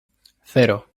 cero